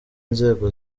inzego